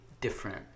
different